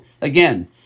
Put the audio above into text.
again